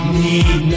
need